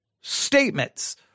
statements